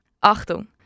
Achtung